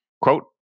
Quote